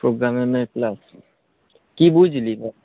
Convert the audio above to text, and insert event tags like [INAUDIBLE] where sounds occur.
প্রোগ্রামে [UNINTELLIGIBLE] কি বুঝলি